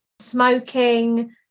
smoking